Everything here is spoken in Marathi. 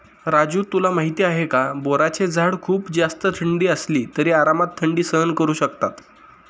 राजू तुला माहिती आहे का? बोराचे झाड खूप जास्त थंडी असली तरी आरामात थंडी सहन करू शकतात